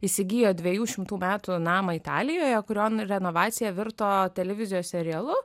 įsigijo dviejų šimtų metų namą italijoje kurio renovacija virto televizijos serialu